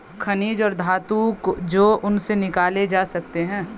खनिज और धातु जो उनसे निकाले जा सकते हैं